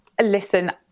Listen